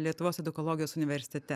lietuvos edukologijos universitete